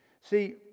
See